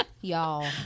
Y'all